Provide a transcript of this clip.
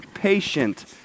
Patient